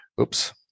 Oops